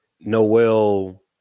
Noel